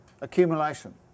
accumulation